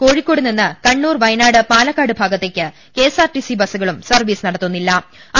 കോഴിക്കോട്ട് നിന്ന് കണ്ണൂർ വയ നാട് പാലക്കാട് ഭാഗത്തേക്ക് കെഎസ്ആർടിസി ബസുകളും സർവീസ് നടത്തുന്നില്ല്